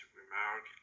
remark